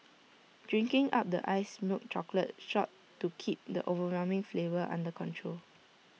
drink up the iced milk chocolate shot to keep the overwhelming flavour under control